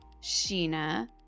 Sheena